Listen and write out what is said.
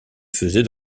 faisait